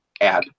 add